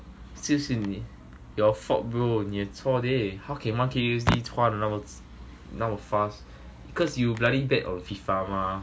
就是你 your fault bro 你的错 leh how can one K use this fast 那那么 fast because you bloody bet on FIFA mah